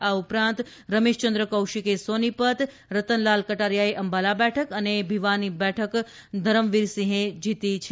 આ ઉપરાંત રમેશચંદ્ર કૌશિકે સોનીપત રતનલાલ કટારીયાએ અંબાલા બેઠક અને ભીવાની બેઠક ધરમવીરસિંહે જીતી છે